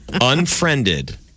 unfriended